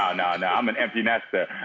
ah no, no. i'm an empty nester